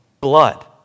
blood